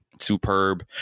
superb